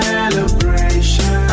Celebration